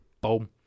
Boom